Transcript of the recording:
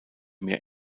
mehr